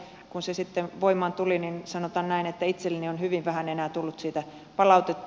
kun se sitten voimaan tuli niin sanotaan näin että itselleni on hyvin vähän enää tullut siitä palautetta